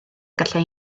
gallai